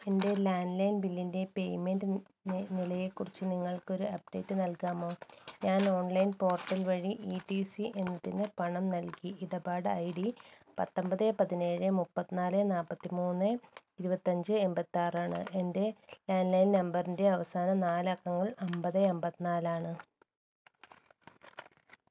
എന്റെ landline ബില്ലിന്റെ payment നിലയെക്കുറിച്ച് നിങ്ങൾക്കൊരപ്ഡേറ്റ് നൽകാമോ ഞാനോൺലൈൻ പോർട്ടൽ വഴി ഇ ടി സി എന്നതിനു പണം നൽകി ഇടപാട് ഐ ഡി പത്തൊമ്പത് പതിനേഴ് മുപ്പത്തിനാല് നാല്പത്തിമൂന്ന് ഇരുപത്തിയഞ്ച് എണ്പത്തിയാറാണ് എന്റെ ലാൻഡ് ലൈൻ നമ്പറിന്റെ അവസാന നാലക്കങ്ങൾ അന്പത് അന്പത്തിനാലാണ്